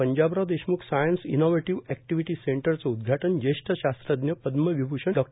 Panjabrao Deshmukh science innovative activity सेंटरचं उद्गाटन ज्येष्ठ शास्त्रज्ञ पद्मविभूषण डॉ